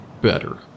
better